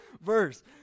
verse